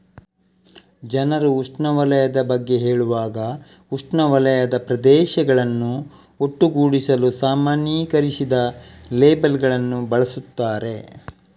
ಜನರು ಉಷ್ಣವಲಯದ ಬಗ್ಗೆ ಹೇಳುವಾಗ ಉಷ್ಣವಲಯದ ಪ್ರದೇಶಗಳನ್ನು ಒಟ್ಟುಗೂಡಿಸಲು ಸಾಮಾನ್ಯೀಕರಿಸಿದ ಲೇಬಲ್ ಗಳನ್ನು ಬಳಸುತ್ತಾರೆ